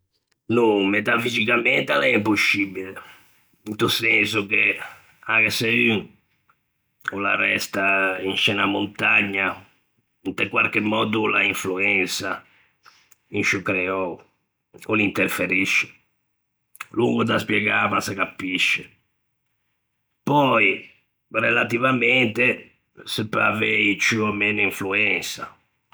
No, metafixicamente l'é imposcibile, into senso che anche se un o l'arresta in sce unna montagna, inte quarche mòddo o l'à influensa in sciô creou, o l'interferisce. Longo da spiegâ, ma se capisce. Pöi, relativamente, se peu avei ciù ò meno influensa.